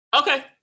Okay